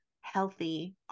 healthy